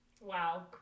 Wow